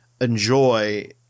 enjoy